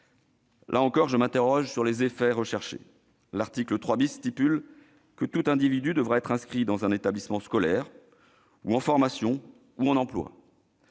Là encore, je m'interroge sur les effets visés. L'article 3 dispose que tout individu devra être inscrit dans un établissement scolaire, ou en formation, ou en emploi.